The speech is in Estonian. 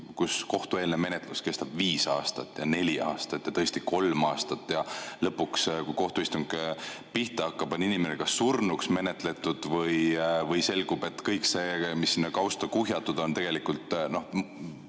kus kohtueelne menetlus kestab viis aastat või neli aastat või tõesti kolm aastat ja lõpuks, kui kohtuistung pihta hakkab, on inimene kas surnuks menetletud või siis selgub, et kõik see, mis sinna kausta kuhjatud, on tegelikult